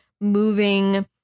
moving